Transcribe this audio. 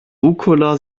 rucola